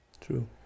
True